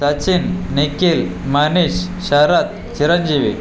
Sachin Nikhil Manish Sharat Chiranjeevi